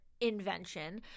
invention